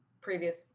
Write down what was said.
previous